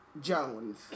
Jones